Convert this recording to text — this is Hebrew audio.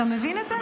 אתה מבין את זה?